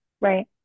Right